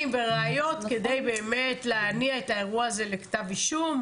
וראיות כדי באמת להניע את האירוע הזה לכתב אישום.